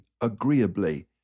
agreeably